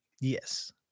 Yes